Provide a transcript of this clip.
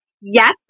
yes